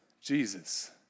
Jesus